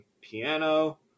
piano